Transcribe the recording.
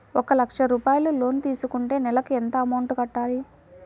ఒక లక్ష రూపాయిలు లోన్ తీసుకుంటే నెలకి ఎంత అమౌంట్ కట్టాలి?